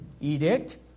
edict